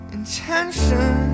intention